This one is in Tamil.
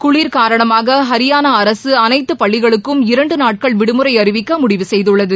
குளிர்காரணமாக ஹரியானா அரசு அனைத்துப் பள்ளிகளுக்கும் இரண்டு நாட்கள் விடுமுறை அறிவிக்க முடிவு செய்துள்ளது